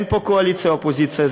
אין פה קואליציה אופוזיציה,